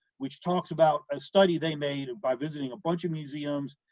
which talks about a study they made by visiting a bunch of museums,